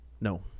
No